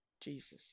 Jesus